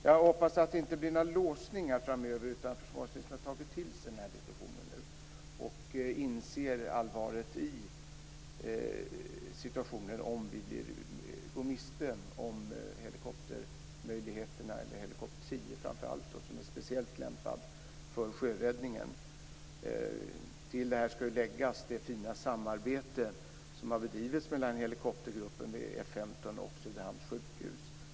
Jag hoppas att det inte blir några låsningar framöver, utan att försvarsministern har tagit till sig denna diskussion och inser allvaret i situationen om vi går miste om framför allt Helikopter 10, som är speciellt lämpad för sjöräddning. Till detta skall läggas det fina samarbete som har bedrivits mellan helikoptergruppen vid F-15 och Söderhamns lasarett.